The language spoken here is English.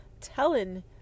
telling